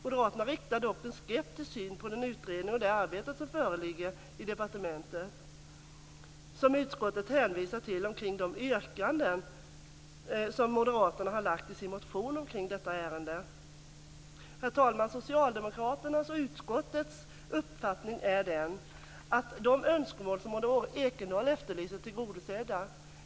Moderaterna har dock en skeptisk syn på den utredning som föreligger och det arbete som gjorts i departementet. Utskottet hänvisar till de yrkanden som moderaterna har gjort i sin motion i detta ärende. Herr talman! Socialdemokraternas och utskottets uppfattning är att de önskemål som Maud Ekendahl efterlyser är tillgodosedda.